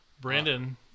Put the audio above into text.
Brandon